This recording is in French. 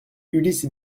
ulysse